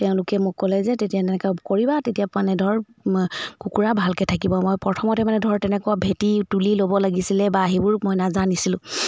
তেওঁলোকে মোক ক'লে যে তেতিয়া তেনেকৈ কৰিবা তেতিয়া মানে ধৰক কুকুৰা ভালকৈ থাকিব মই প্ৰথমতে মানে ধৰক তেনেকুৱা ভেটি তুলি ল'ব লাগিছিলে বা সেইবোৰ মই নাজানিছিলোঁ